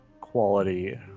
quality